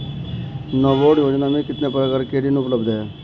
नाबार्ड योजना में कितने प्रकार के ऋण उपलब्ध हैं?